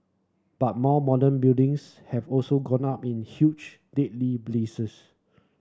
but more modern buildings have also gone up in huge deadly blazes